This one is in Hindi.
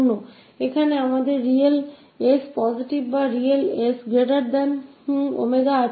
और यहाँ हमारे पास real positive 𝑠w है